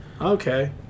Okay